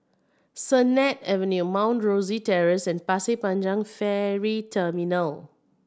Sennett Avenue Mount Rosie Terrace and Pasir Panjang Ferry Terminal